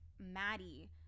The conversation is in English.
Maddie